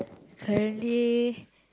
currently